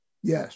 Yes